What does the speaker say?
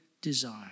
desire